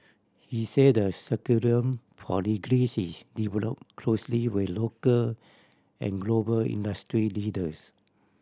he said the curriculum for degrees is developed closely with local and global industry leaders